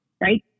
right